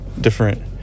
different